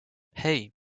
hey